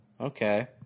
Okay